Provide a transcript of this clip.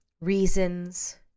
Reasons